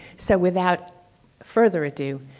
so without further ado,